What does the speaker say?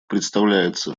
представляется